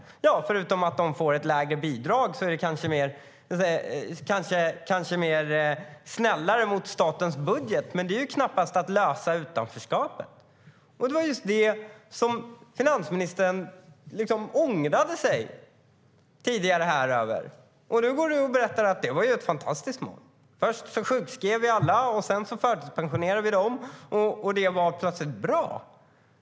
Förutom att de får ett lägre bidrag är det kanske mer snällt mot statens budget. Men det är knappast att lösa utanförskapet. Det var just det som finansministern ångrade här tidigare. Nu berättar du att det var ett fantastiskt mål. Först sjukskrev vi alla, och sedan förtidspensionerade vi dem. Det var plötsligt bra.